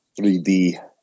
3D